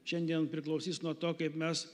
šiandien priklausys nuo to kaip mes